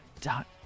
dot